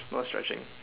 not stretching